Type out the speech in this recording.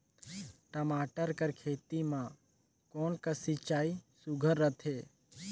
टमाटर कर खेती म कोन कस सिंचाई सुघ्घर रथे?